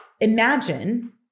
imagine